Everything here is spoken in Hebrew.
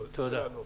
תודה.